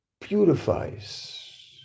purifies